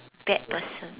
bad person